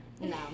No